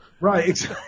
Right